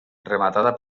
rematada